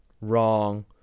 wrong